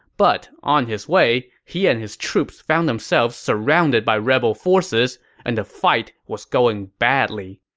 but on his way, he and his troops found themselves surrounded by rebel forces and the fight was going badly.